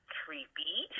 creepy